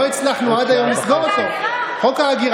לא, חבר הכנסת קרעי,